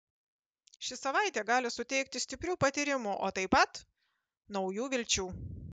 ši savaitė gali suteikti stiprių patyrimų o taip pat naujų vilčių